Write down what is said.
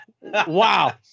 Wow